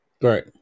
Right